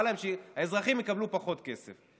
בא להם שהאזרחים יקבלו פחות כסף.